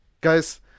guys